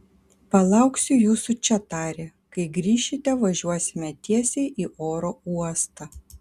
palauksiu jūsų čia tarė kai grįšite važiuosime tiesiai į oro uostą